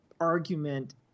argument